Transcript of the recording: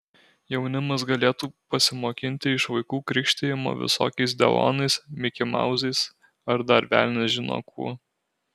jaunimas galėtų pasimokinti iš vaikų krikštijimo visokiais delonais mikimauzais ar dar velnias žino kuo